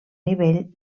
nivell